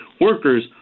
workers